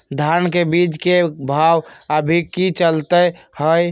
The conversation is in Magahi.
धान के बीज के भाव अभी की चलतई हई?